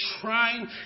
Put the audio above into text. trying